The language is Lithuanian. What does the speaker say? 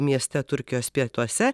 mieste turkijos pietuose